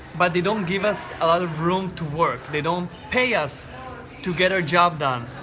but they don't give us a lot of room to work. they don't pay us to get our job done.